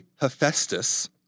Hephaestus